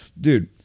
dude